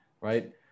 right